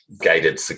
gated